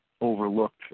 overlooked